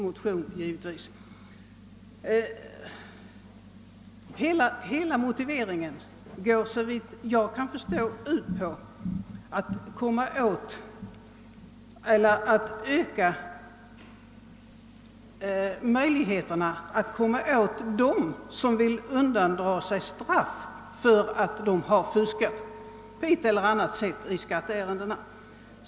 Motiveringen i motionen går såvitt jag kan förstå ut på att man skall öka möjligheterna att komma åt dem som vill undandra sig straff för skattefusk i någon form.